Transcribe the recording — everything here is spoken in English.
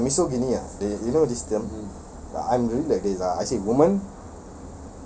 I really err misoginia ah you know this term I'm really like this ah I say woman